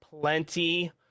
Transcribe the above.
plenty